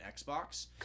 Xbox